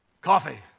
coffee